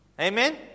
Amen